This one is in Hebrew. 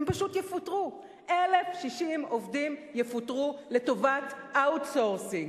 1,060 עובדים יפוטרו לטובת outsourcing.